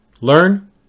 learn